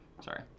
sorry